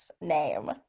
name